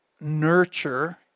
nurture